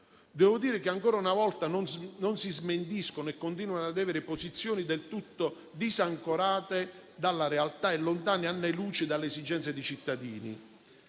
Devo dire che ancora una volta non si smentisce e continua ad avere posizioni del tutto disancorate dalla realtà e lontane anni luce dalle esigenze dei cittadini.